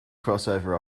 crossover